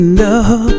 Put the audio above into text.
love